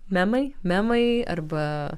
memai memai arba